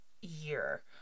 year